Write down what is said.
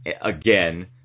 again